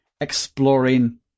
exploring